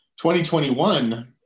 2021